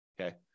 okay